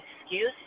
excuse